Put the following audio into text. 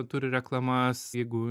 turi reklamas jeigu